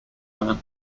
man